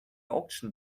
auction